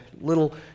little